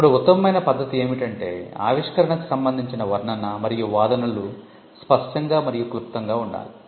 ఇప్పుడు ఉత్తమమైన పద్ధతి ఏమిటంటే ఆవిష్కరణకు సంబందించిన వర్ణన మరియు వాదనలు స్పష్టంగా మరియు క్లుప్తంగా ఉండాలి